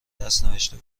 دستنوشته